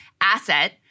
asset-